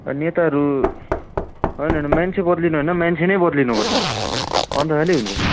नेताहरू होइन होइन मान्छे बद्लिनु होइन मान्छे नै बद्लिनु पर्छ अन्त खालि हुन्छ